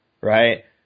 right